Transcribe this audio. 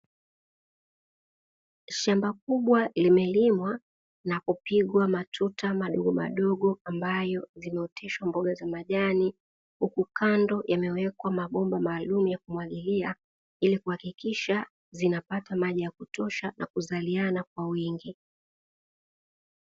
Shamba kubwa limelimwa na kupigwa matuta madogomadogo ambayo yameoteshwa mboga za majani, huku kando yamewekwa mabomba maalumu ya kumwagilia ili kuhakikisha zinapata maji ya kutosha na kuzaliana kwa wingi.